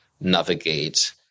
navigate